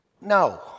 No